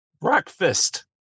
breakfast